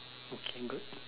okay good